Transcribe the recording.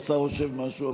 השר חושב משהו,